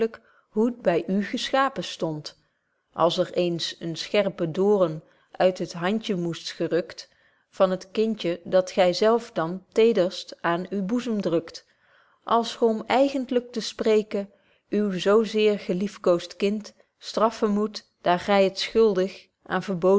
hoe t by u geschapen stond als er eens een scherpen dooren uit het handje moest gerukt van het kindje dat gy zelf dan tederst aan uw boezem drukt als ge om eigentlyk te spreeken uw zo zeer geliefkoost kind straffen moet daar gy het schuldig aan verboden